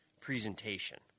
presentation